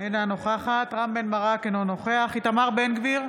אינה נוכחת רם בן ברק, אינו נוכח איתמר בן גביר,